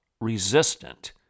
resistant